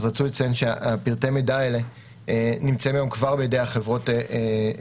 רצוי לציין שפרטי המידע האלה נמצאים כבר היום בידי חברות פרטיות.